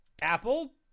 Apple